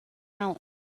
out